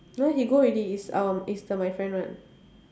no lah he go already it's um it's the my friend one